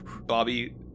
Bobby